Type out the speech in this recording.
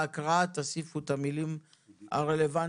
בהקראה תוסיפו את המילים רלוונטיות.